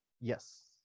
Yes